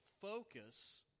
focus